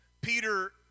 Peter